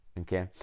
Okay